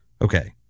Okay